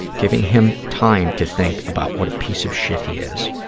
giving him time to think about what a piece of shit he is.